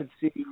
see